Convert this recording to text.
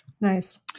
Nice